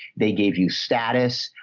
they gave you status.